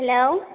hello